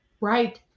Right